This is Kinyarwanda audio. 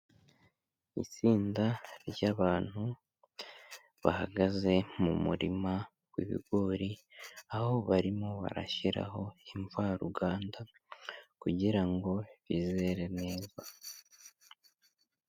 Itsinda ry'abantu bahagaze mu murima w'ibigori aho barimo barashyiraho imvaruganda kugira ngo bizere neza.